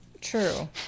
true